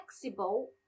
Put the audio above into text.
flexible